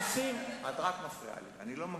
האסון הוא את רק מפריעה לי, אני לא מקשיב.